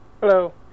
hello